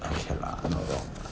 okay lah not wrong lah